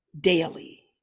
daily